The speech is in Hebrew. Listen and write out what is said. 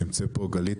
נמצאת פה גלית,